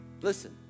Listen